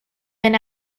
been